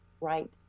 right